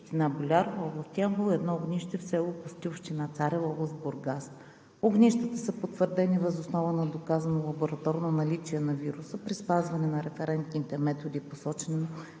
Огнищата са потвърдени въз основа на доказано лабораторно наличие на вируса при спазване на референтните методи, посочени в